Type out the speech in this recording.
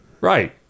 Right